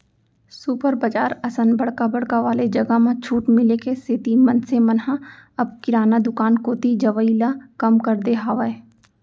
super बजार असन बड़का बड़का वाले जघा म छूट मिले के सेती मनसे मन ह अब किराना दुकान कोती जवई ल कम कर दे हावय